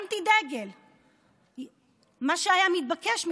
מה ביקשו